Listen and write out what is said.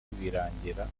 rwirangira